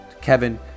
kevin